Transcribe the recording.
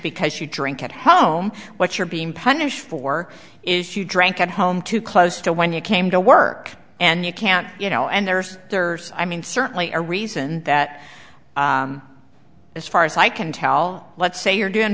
because you drink at home what you're being punished for is you drank at home too close to when you came to work and you can't you know and there's i mean certainly a reason that as far as i can tell let's say you're doing